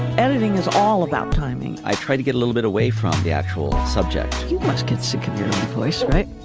editing is all about timing. i tried to get a little bit away from the actual subject. you must get sick of your replacement.